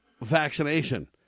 Vaccination